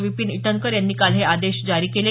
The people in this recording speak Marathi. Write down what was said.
विपीन इटनकर यांनी काल हे आदेश जारी केले